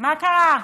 מה קרה?